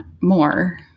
more